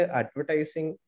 advertising